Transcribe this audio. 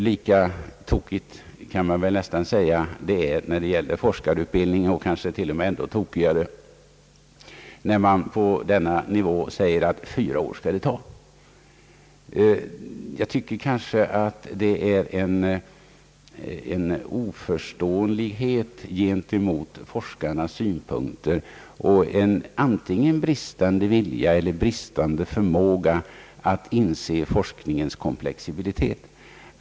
Lika tokigt kan man väl säga att det är vad gäller forskarutbildningen, måhända ännu tokigare, när man beträffande denna nivå anger att utbildningen skall ta fyra år. Detta tyder på en såvitt jag kan se bristande förståelse för forskarnas synpunkter och en antingen bristande vilja eller bristande förmåga att inse forskningens komplexitet.